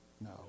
No